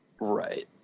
Right